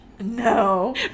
No